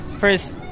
first